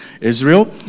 Israel